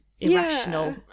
irrational